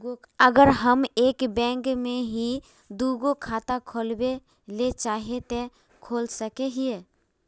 अगर हम एक बैंक में ही दुगो खाता खोलबे ले चाहे है ते खोला सके हिये?